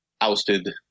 ousted